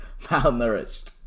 malnourished